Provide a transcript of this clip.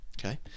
okay